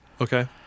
Okay